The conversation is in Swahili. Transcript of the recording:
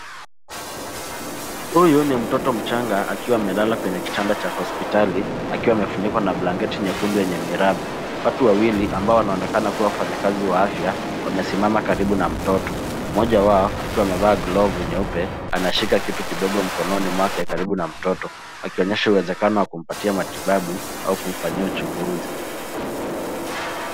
Huyu ni mtoto mchanga akiwa amelala kwenye kitanda cha hospitali, akiwa amefunikwa na blanketi nyekundu yenye miraba. Watu wawili ambao wanaonekana kuwa wafanyakazi wa afya, wamesimama karibu na mtoto, mmoja wao akiwa amevaa glovu nyeupe, anashika kitu kidogo mkononi mwake karibu na mtoto akionyesha uwezekano wa kumpatia matibabu au kumfanyia uchunguzi.